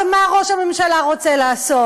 הרי מה ראש הממשלה רוצה לעשות?